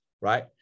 right